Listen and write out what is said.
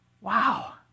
Wow